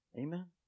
Amen